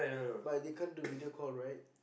but they can't do video call right